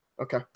Okay